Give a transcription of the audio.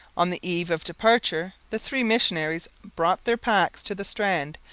on the eve of departure the three missionaries brought their packs to the strand,